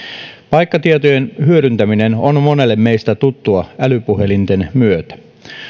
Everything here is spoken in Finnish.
paikkatietojen hyödyntäminen on monelle meistä tuttua älypuhelinten myötä